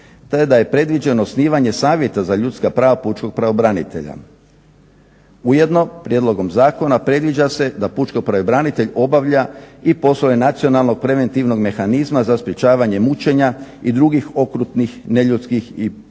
te da je predviđeno osnivanje savjeta za ljudska prava pučkog pravobranitelja. Ujedno prijedlogom zakona predviđa se da pučki pravobranitelj obavlja i poslove nacionalnog preventivnog mehanizma za sprečavanje mučenja i drugih okrutnih neljudskih i ponižavajućih